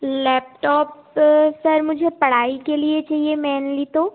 laptop तो sir मुझे पढ़ाई के लिए चाहिए मेनली तो